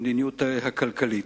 במדיניות הכלכלית.